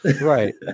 right